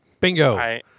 Bingo